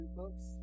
books